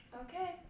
Okay